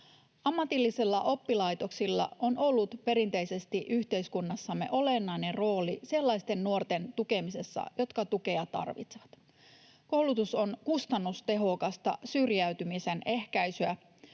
Ammatillisilla oppilaitoksilla on ollut perinteisesti yhteiskunnassamme olennainen rooli sellaisten nuorten tukemisessa, jotka tukea tarvitsevat. Koulutus on kustannustehokasta syrjäytymisen ehkäisyä,